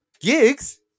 Gigs